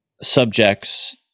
subjects